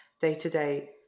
day-to-day